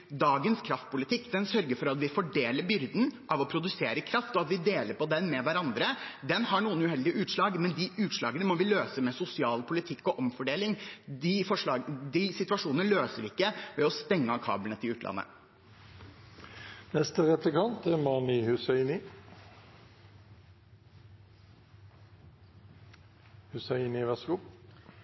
Dagens kraftpolitikk sørger for at vi fordeler byrden av å produsere kraft, og at vi deler på den med hverandre. Det har noen uheldige utslag, men de utslagene må vi løse med sosial politikk og omfordeling. Vi løser ikke situasjonen ved å stenge av kablene til utlandet. Jeg tegnet meg til replikk fordi det er